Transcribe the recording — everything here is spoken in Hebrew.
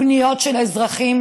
בפניות של אזרחים,